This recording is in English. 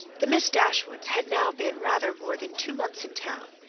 the miss dashwoods had now been rather more than two months in town,